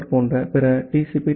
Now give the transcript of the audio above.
B timer போன்ற பிற D